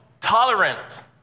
tolerance